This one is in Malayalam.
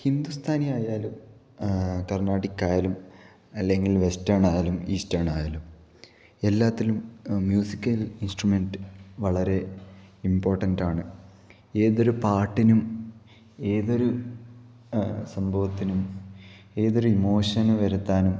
ഹിന്ദുസ്ഥാനിയായാലും കര്ണാട്ടിക്കായാലും അല്ലെങ്കില് വെസ്റ്റേണായാലും ഈസ്റ്റെണായാലും എല്ലാത്തിലും മ്യൂസിക്കല് ഇന്സ്ട്രമെന്റ് വളരെ ഇമ്പോര്ട്ടന്റ്റ്റാണ് ഏതൊരു പാട്ടിനും ഏതൊരു സംഭവത്തിനും ഏതൊരു ഇമോഷനെ വരുത്താനും